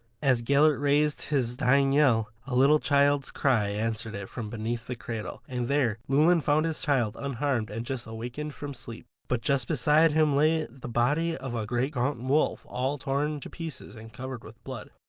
as gellert raised his dying yell, a little child's cry answered it from beneath the cradle, and there llewelyn found his child unharmed and just awakened from sleep. but just beside him lay the body of a great gaunt wolf all torn to pieces and covered with blood.